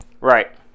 Right